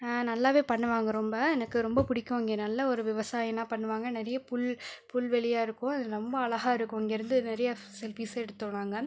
நல்லாவே பண்ணுவாங்க ரொம்ப எனக்கு ரொம்ப பிடிக்கும் இங்கே நல்ல ஒரு விவசாயம்லாம் பண்ணுவாங்க நிறைய புல் புல் வெளியாக இருக்கும் அது ரொம்ப அழகாக இருக்கும் இங்கிருந்து நிறைய செல்ஃபிஸ் எடுத்தோம் நாங்கள்